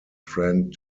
friend